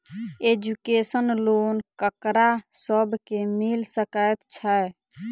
Education loan ककरा सब केँ मिल सकैत छै?